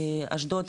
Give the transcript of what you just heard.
אשדוד,